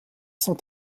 sont